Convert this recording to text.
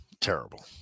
terrible